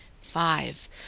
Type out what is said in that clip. Five